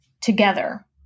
together